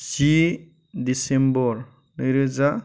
जि December नैरोजा